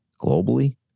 globally